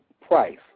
price